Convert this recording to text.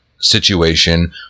situation